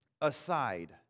aside